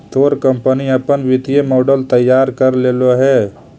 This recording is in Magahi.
तोर कंपनी अपन वित्तीय मॉडल तैयार कर लेलो हे?